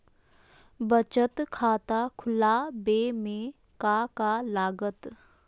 बचत खाता खुला बे में का का लागत?